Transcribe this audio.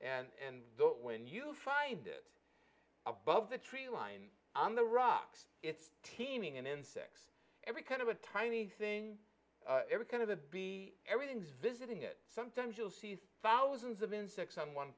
and when you find it above the tree line on the rocks it's teeming and insects every kind of a tiny thing every kind of the bee everything's visiting it sometimes you'll see thousands of insects on one